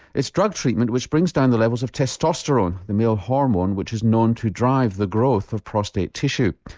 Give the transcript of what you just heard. it's drug treatment which brings down the levels of testosterone, the male hormone which is known to drive the growth of prostate tissue.